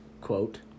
Quote